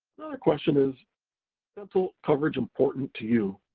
question is dental coverage important to you?